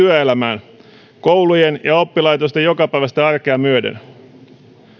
työelämään koulujen ja oppilaitosten jokapäiväistä arkea myöden